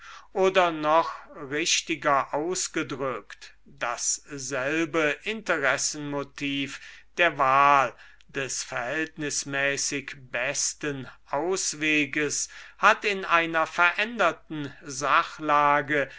oder noch richtiger ausgedrückt dasselbe interessenmotiv der wahl des verhältnismäßig besten ausweges hat in einer veränderten sachlage